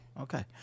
okay